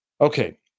Okay